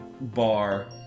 bar